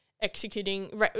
executing